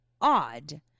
odd